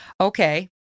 Okay